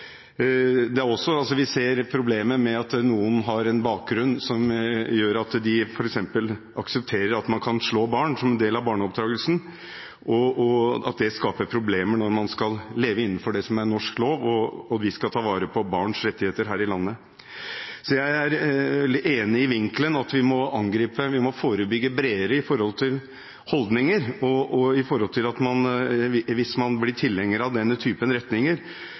Vi ser også problemer ved at noen har en bakgrunn som gjør at de f.eks. aksepterer at man kan slå barn som en del av barneoppdragelsen. Det skaper problemer når man skal leve innenfor norsk lov. Vi skal ta vare på barns rettigheter her i landet. Jeg er veldig enig i vinklingen at vi må forebygge bredere når det gjelder holdninger. Hvis man blir tilhenger av denne typen retninger, vil man lettere kunne ta det neste steget mot voldelig ekstremisme. Det er noen tiltak som jeg mener vi